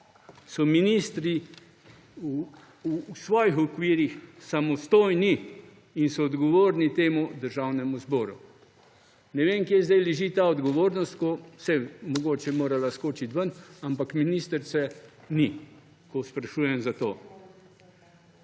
so ministri v svojih okvirih samostojni in so odgovorni Državnemu zboru. Ne vem, kje zdaj leži ta odgovornost, ko – saj mogoče je morala skočiti ven – ministrice ni, ko sprašujem po tem